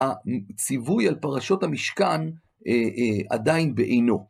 הציווי על פרשות המשכן עדיין בעינו.